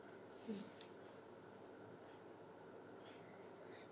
hmm